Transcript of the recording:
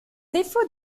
défaut